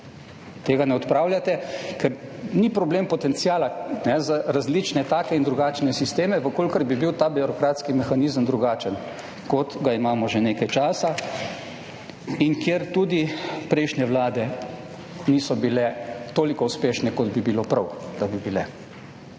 Tega ne odpravljate. Ker ni problem potenciala za različne take in drugačne sisteme, v kolikor bi bil ta birokratski mehanizem drugačen, kot ga imamo že nekaj časa, in kjer tudi prejšnje Vlade niso bile toliko uspešne, kot bi bilo prav, da bi bile.